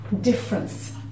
difference